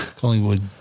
Collingwood